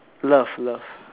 love love